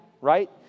right